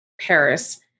paris